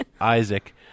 Isaac